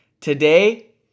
Today